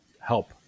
help